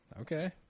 Okay